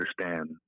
understand